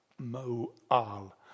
Mo'al